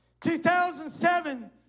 2007